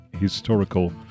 historical